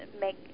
make